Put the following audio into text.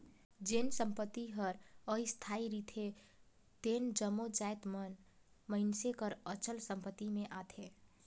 जेन संपत्ति हर अस्थाई रिथे तेन जम्मो जाएत मन मइनसे कर अचल संपत्ति में आथें